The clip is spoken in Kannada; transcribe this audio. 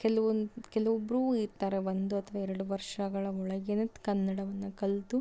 ಕೆಲವೊಂದು ಕೆಲವೊಬ್ರೂ ಇರ್ತಾರೆ ಒಂದು ಅಥವಾ ಎರಡು ವರ್ಷಗಳ ಒಳಗೇನೆ ಕನ್ನಡವನ್ನು ಕಲಿತು